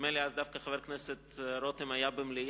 נדמה לי שאז דווקא חבר הכנסת דוד רותם היה במליאה,